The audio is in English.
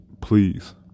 please